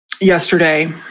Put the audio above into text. yesterday